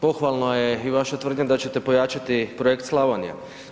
Pohvalna je i vaša tvrdnja da ćete pojačati projekt „Slavonija“